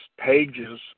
pages